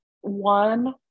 One